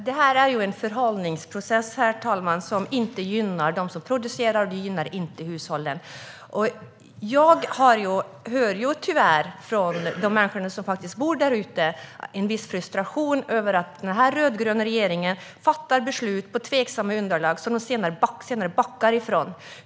Herr talman! Det här är sätt att förhålla sig som inte gynnar dem som producerar, och det gynnar inte hushållen. Jag har tyvärr noterat en viss frustration från de människor som berörs över att den här rödgröna regeringen fattar beslut på tveksamma underlag och som man senare backar ifrån.